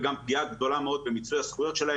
ופגיעה גדולה מאוד במיצוי הזכויות,